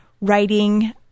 writing